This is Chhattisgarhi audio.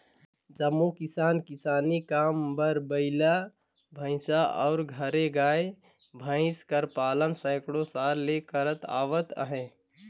जम्मो किसान किसानी काम बर बइला, भंइसा अउ घरे गाय, भंइस कर पालन सैकड़ों साल ले करत आवत अहें